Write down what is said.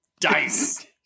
dice